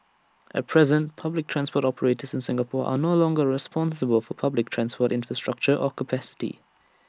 at present public transport operators in Singapore are no longer responsible for public transport infrastructure or capacity